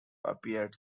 appeared